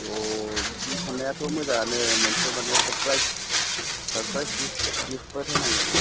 अ बिदि साननायाथ' मोजाङानो मोनसे माने सारप्राइस सारप्राइस गिफ्टफोर होनांगोन